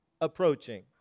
approaching